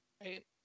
Right